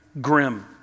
grim